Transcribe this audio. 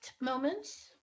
moments